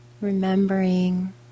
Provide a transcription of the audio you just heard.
Remembering